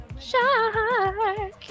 shark